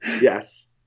yes